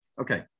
Okay